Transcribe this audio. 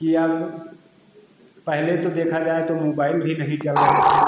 कि अब पहले तो देखा जाए तो मुबाइल भी नहीं चल रहे थे